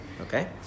Okay